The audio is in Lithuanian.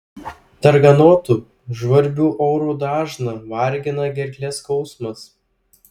darganotu žvarbiu oru dažną vargina gerklės skausmas